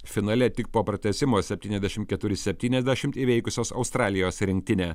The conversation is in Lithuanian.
finale tik po pratęsimo septyniasdešimt keturi septyniasdešimt įveikusios australijos rinktinę